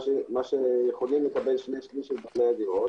מה שיכולים לקבל 2/3 מבעלי הדירות